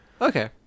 Okay